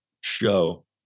show